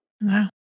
No